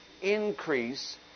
increase